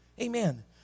Amen